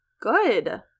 Good